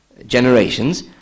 generations